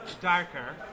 Darker